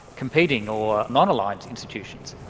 competing, or non-aligned institutions?